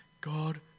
God